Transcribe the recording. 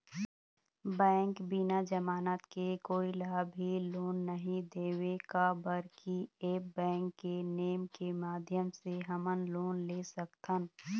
Bank बिना जमानत के कोई ला भी लोन नहीं देवे का बर की ऐप बैंक के नेम के माध्यम से हमन लोन ले सकथन?